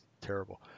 terrible